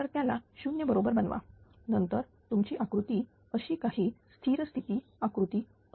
तर त्याला 0 बरोबर बनवा नंतर तुमची आकृती कशी काही स्थिर स्थिती आकृती असेल